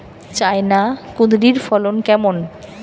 China কুঁদরীর ফলন কেমন?